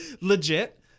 legit